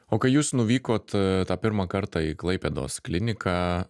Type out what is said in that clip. o kai jūs nuvykot tą pirmą kartą į klaipėdos kliniką